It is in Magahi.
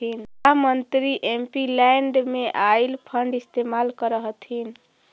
का मंत्री एमपीलैड में आईल फंड इस्तेमाल करअ हथीन